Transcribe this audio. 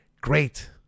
great